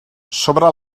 sobre